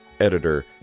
editor